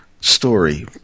story